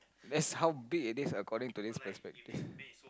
that's how big it is according to this perspective